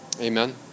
Amen